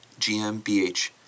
GmbH